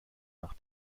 nach